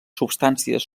substàncies